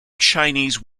chinese